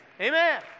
Amen